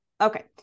okay